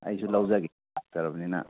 ꯑꯩꯁꯨ ꯂꯧꯖꯒꯦ